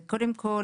קודם כל: